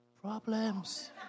problems